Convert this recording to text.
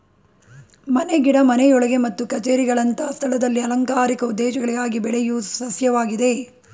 ಮನೆ ಗಿಡ ಮನೆಯೊಳಗೆ ಮತ್ತು ಕಛೇರಿಗಳಂತ ಸ್ಥಳದಲ್ಲಿ ಅಲಂಕಾರಿಕ ಉದ್ದೇಶಗಳಿಗಾಗಿ ಬೆಳೆಯೋ ಸಸ್ಯವಾಗಿದೆ